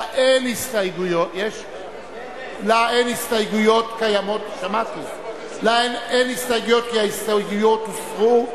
שאין לה הסתייגויות, כי ההסתייגויות הוסרו.